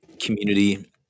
community